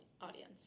audience